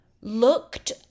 looked